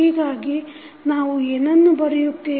ಹೀಗಾಗಿ ನಾವು ಏನನ್ನು ಬರೆಯುತ್ತೇವೆ